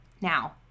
Now